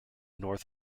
north